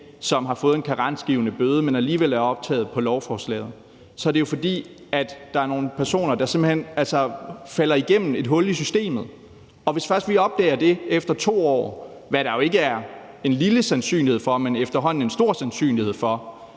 som har fået en karensgivende bøde, men som alligevel er optaget på lovforslaget. Så er det jo, fordi der er nogle personer, der simpelt hen falder igennem et hul i systemet. Hvis vi først opdager det efter 2 år, hvad der jo ikke er en lille sandsynlighed for, men efterhånden en stor sandsynlighed for,